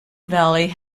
valley